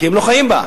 כי הם לא חיים בה.